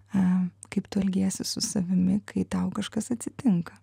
a kaip tu elgiesi su savimi kai tau kažkas atsitinka